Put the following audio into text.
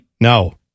No